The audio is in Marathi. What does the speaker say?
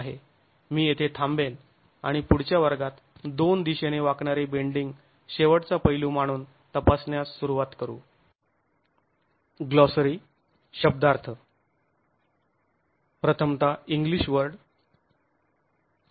मी येथे थांबेन आणि पुढच्या वर्गात दोन दिशेने वाकणारी बेंडिंग शेवटचा पैलू मानुन तपासण्यास सुरुवात करु